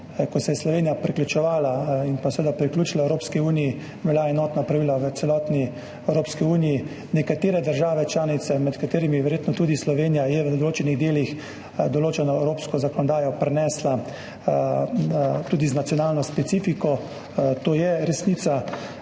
in seveda priključila Evropski uniji, veljajo enotna pravila v celotni Evropski uniji. Nekatere države članice, med njimi je verjetno tudi Slovenija, so v določenih delih v določeno evropsko zakonodajo prinesle tudi nacionalno specifiko. To je resnica